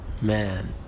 Man